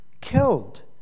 killed